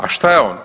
A šta je on?